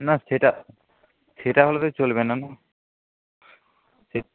না সেটা সেটা হলে তো চলবে না না সে